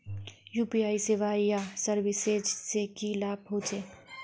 UPI सेवाएँ या services से की लाभ होचे?